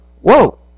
whoa